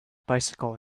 bicycle